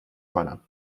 کنم